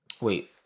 Wait